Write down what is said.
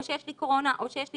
או שיש לי קורונה או שיש לי